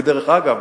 ודרך אגב,